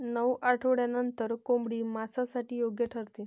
नऊ आठवड्यांनंतर कोंबडी मांसासाठी योग्य ठरते